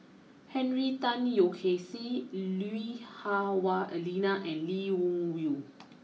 Henry Tan Yoke see Lui Hah Wah Elena and Lee Wung Yew